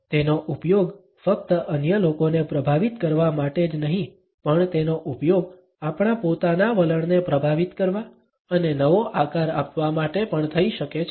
અને તેનો ઉપયોગ ફક્ત અન્ય લોકોને પ્રભાવિત કરવા માટે જ નહીં પણ તેનો ઉપયોગ આપણા પોતાના વલણને પ્રભાવિત કરવા અને નવો આકાર આપવા માટે પણ થઈ શકે છે